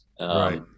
Right